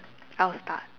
I'll start